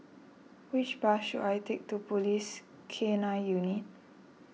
which bus should I take to Police K nine Unit